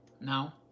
Now